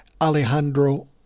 Alejandro